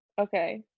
Okay